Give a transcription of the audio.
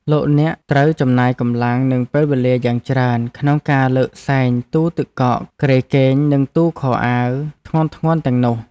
លោកអ្នកត្រូវចំណាយកម្លាំងនិងពេលវេលយ៉ាងច្រើនក្នុងការលើកសែងទូទឹកកកគ្រែគេងនិងទូខោអាវធ្ងន់ៗទាំងនោះ។